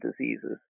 diseases